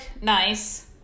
nice